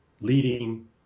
leading